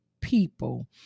people